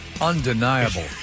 undeniable